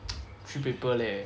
three paper leh